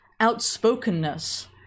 outspokenness